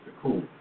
cool